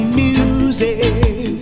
music